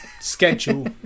schedule